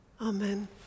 amen